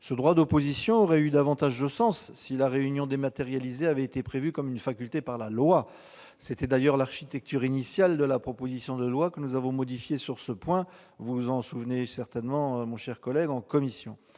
Ce droit d'opposition aurait eu davantage de sens si la réunion dématérialisée avait été prévue comme une faculté par la loi. C'était d'ailleurs l'architecture initiale de la proposition de loi, que nous avons modifiée sur ce point en commission. Dans ces conditions,